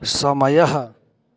समयः